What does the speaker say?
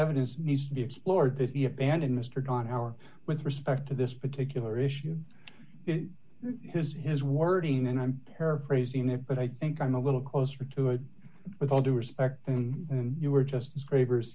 evidence needs to be explored that he abandoned mr john howard with respect to this particular issue his his wording and i'm paraphrasing it but i think i'm a little closer to it with all due respect you were just scrapers